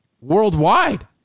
worldwide